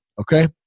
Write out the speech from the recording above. Okay